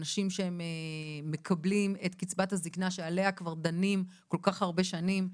אנשים שמקבלים את קצבת הזקנה שעליה כבר דנים כל כך הרבה שנים,